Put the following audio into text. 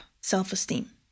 self-esteem